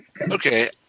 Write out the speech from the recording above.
Okay